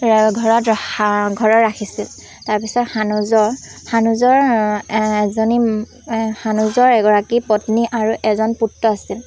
ঘৰত ঘৰত ৰাখিছিল তাৰপিছত সানুজৰ সানুজৰ এজনী সানুজৰ এগৰাকী পত্নী আৰু এজন পুত্ৰ আছিল